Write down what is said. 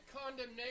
condemnation